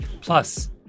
plus